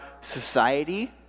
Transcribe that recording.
society